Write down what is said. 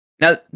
Now